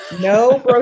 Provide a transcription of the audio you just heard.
no